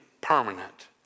permanent